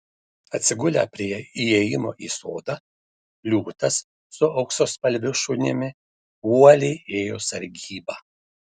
atsigulę prie įėjimo į sodą liūtas su auksaspalviu šunimi uoliai ėjo sargybą